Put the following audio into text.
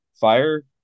fire